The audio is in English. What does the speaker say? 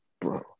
bro